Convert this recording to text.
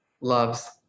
loves